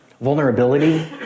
vulnerability